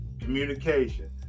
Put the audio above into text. communication